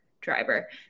driver